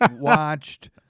watched